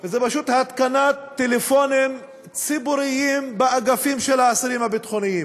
היא פשוט התקנת טלפונים ציבוריים באגפים של האסירים הביטחוניים.